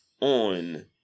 on